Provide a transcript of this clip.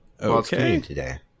Okay